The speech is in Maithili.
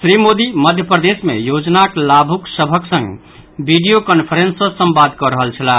श्री मोदी मध्य प्रदेश मे योजनाक लाभुक सभक संग वीडियो कांफ्रेंस सँ संवाद कऽ रहल छलाह